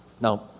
Now